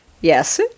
Yes